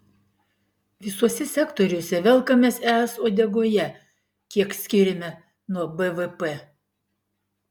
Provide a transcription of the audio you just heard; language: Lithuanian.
visuose sektoriuose velkamės es uodegoje kiek skiriame nuo bvp